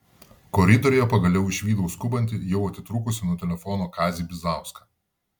koridoriuje pagaliau išvydau skubantį jau atitrūkusį nuo telefono kazį bizauską